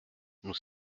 nous